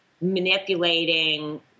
manipulating